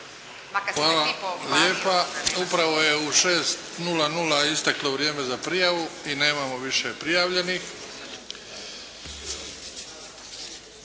Hvala lijepa. Upravo je u 6,00 isteklo vrijeme za prijavu i nemamo više prijavljenih.